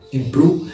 improve